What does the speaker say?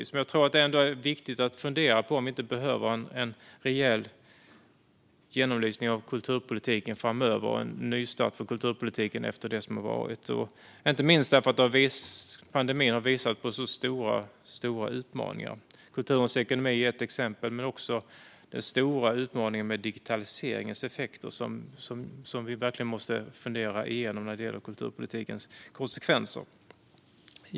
Men jag tror att det ändå är viktigt att fundera på om vi inte behöver en rejäl genomlysning av kulturpolitiken framöver och en nystart för kulturpolitiken efter det som varit, inte minst därför att pandemin har visat på så stora utmaningar. Kulturens ekonomi är ett exempel, men vi har också den stora utmaningen med digitaliseringens effekter, som vi verkligen måste fundera igenom när det gäller kulturpolitikens konsekvenser.